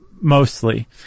mostly